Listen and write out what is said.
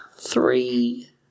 Three